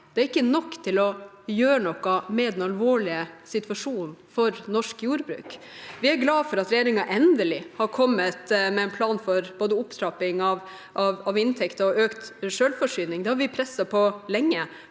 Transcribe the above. Det er ikke nok til å gjøre noe med den alvorlige situasjonen for norsk jordbruk. Vi er glade for at regjeringen endelig har kommet med en plan for både opptrapping av inntekt og økt selvforsyning – det har vi lenge presset